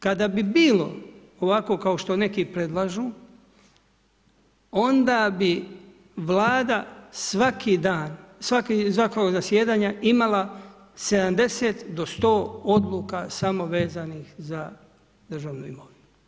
Kada bi bilo ovako kao što neki predlažu, onda bi Vlada svaki dan, svako zasjedanje imala 70-100 odluka samo vezanih za državnu imovinu.